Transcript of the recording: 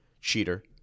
cheater